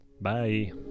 Bye